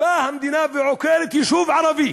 איך באה המדינה ועוקרת יישוב ערבי